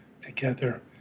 together